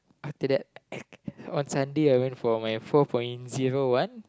after that I on Sunday I went for my four point zero one